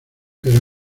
pero